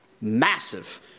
massive